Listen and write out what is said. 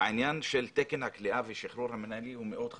עניין תקן הכליאה והשחרור המינהלי הוא מאוד חשוב,